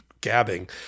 gabbing